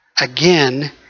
again